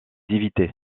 éviter